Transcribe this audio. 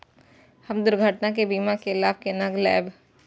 हम दुर्घटना के बीमा के लाभ केना लैब?